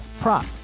prop